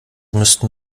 müssten